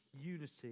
unity